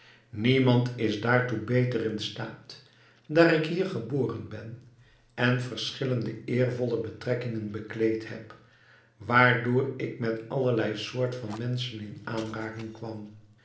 niemand is daartoe beter in staat daar ik hier geboren ben en verschillende eervolle betrekkingen bekleed heb waardoor ik met allerlei soort van menschen in aanraking kwam